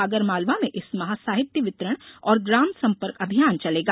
आगर मालवा में इस माह साहित्य वितरण और ग्राम संपर्क अभियान चलेगा